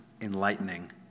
enlightening